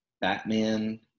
Batman